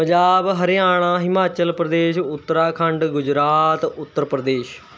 Punjab Haryana Himachal Pradesh Uttarakhand Gujarat Uttar Pradesh